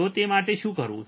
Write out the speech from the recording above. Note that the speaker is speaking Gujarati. તો તે માટે શું કરવું